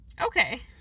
okay